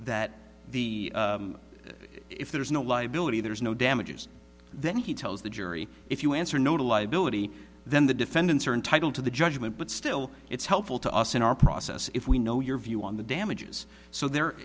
that the if there is no liability there is no damages then he tells the jury if you answer no to liability then the defendants are entitled to the judgment but still it's helpful to us in our process if we know your view on the damages so they're